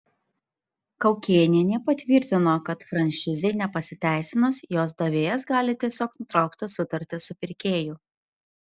kaukėnienė patvirtino kad franšizei nepasiteisinus jos davėjas gali tiesiog nutraukti sutartį su pirkėju